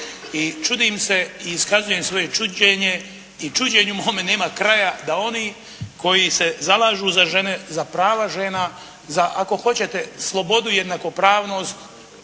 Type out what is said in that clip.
I čudim se i iskazujem svoje čuđenje i čuđenju mome nema kraja da oni koji se zalažu za žene, za prava žena, za ako hoćete slobodu i jednakopravnost,